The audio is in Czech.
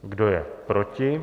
Kdo je proti?